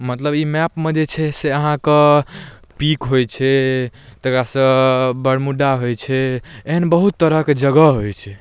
मतलब ई मैपमे जे छे से अहाँके पीक होइ छै तकरासँ बरमूडा होइ छै एहन बहुत तरहके जगह होइ छै